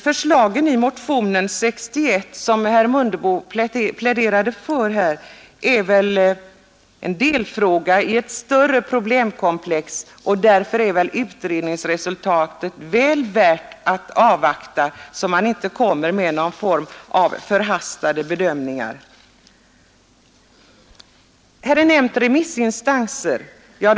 Förslaget i motion nr 61, som herr Mundebo pläderade för, är väl en delfråga i ett större problemkomplex. Därför är utredningsresultatet väl värt att avvakta, så att man inte kommer med någon form av förhastade bedömningar. Remissinstanserna har nämnts.